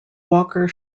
walker